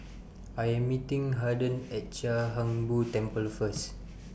I Am meeting Harden At Chia Hung Boo Temple First